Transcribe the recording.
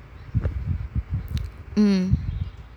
mm